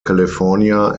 california